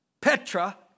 Petra